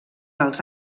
als